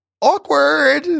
Awkward